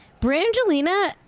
Brangelina